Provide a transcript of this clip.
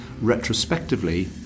retrospectively